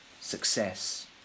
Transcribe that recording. success